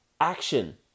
Action